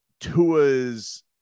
Tua's